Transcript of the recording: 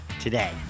today